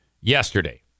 yesterday